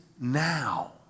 now